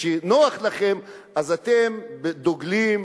שכשנוח לכם אתם דוגלים,